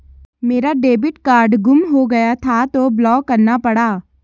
मेरा debit card गुम हो गया था तो ब्लॉक करना पड़ा